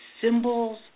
symbols